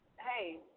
hey